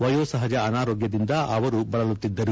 ವಯೋಸಹಜ ಅನಾರೋಗ್ಯದಿಂದ ಅವರು ಬಳಲುತ್ತಿದ್ದರು